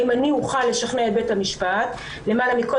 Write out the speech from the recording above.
האם אני אוכל לשכנע את בית המשפט למעלה מכל